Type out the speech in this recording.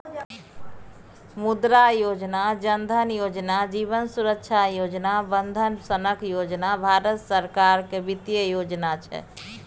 मुद्रा योजना, जन धन योजना, जीबन सुरक्षा बंदन सनक योजना भारत सरकारक बित्तीय योजना छै